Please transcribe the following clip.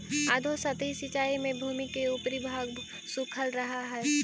अधोसतही सिंचाई में भूमि के ऊपरी भाग सूखल रहऽ हइ